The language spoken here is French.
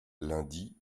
lundi